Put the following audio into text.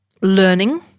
learning